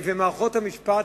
מערכות המשפט,